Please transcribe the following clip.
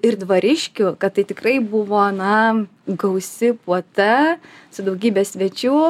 ir dvariškių kad tai tikrai buvo na gausi puota su daugybe svečių